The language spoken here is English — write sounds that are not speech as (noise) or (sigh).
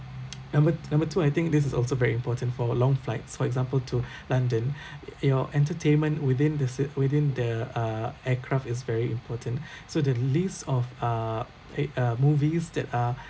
number number two I think this is also very important for long flights for example to (breath) london (breath) your entertainment within the seat within the uh aircraft is very important (breath) so the list of uh eh uh movies that are (breath)